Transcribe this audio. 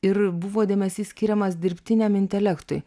ir buvo dėmesys skiriamas dirbtiniam intelektui